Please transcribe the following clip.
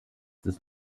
des